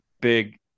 big